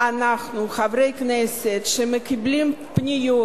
אנחנו חברי כנסת שמקבלים פניות